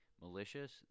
Malicious